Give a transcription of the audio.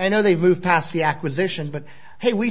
you know they've moved past the acquisition but hey we